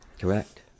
Correct